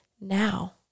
now